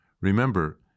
Remember